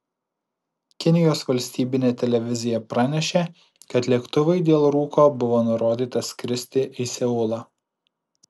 kinijos valstybinė televizija pranešė kad lėktuvui dėl rūko buvo nurodyta skristi į seulą